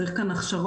צריך כאן הכשרות,